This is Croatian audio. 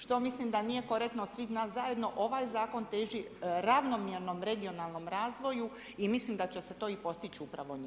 Što mislim da nije korektno od svih nas zajedno, ovaj Zakon teži ravnomjernom, regionalnom razvoju i mislim da će se to i postići upravo njime.